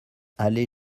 allée